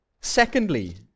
Secondly